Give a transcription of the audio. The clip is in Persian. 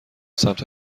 سمت